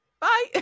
Bye